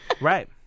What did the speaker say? right